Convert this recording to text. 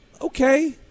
okay